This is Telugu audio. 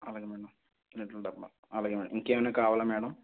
అలాగే మ్యాడమ్ లీటర్ డబ్బా అలాగే మ్యాడమ్ ఇంకేమైనా కావాలా మ్యాడమ్